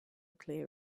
clear